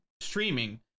streaming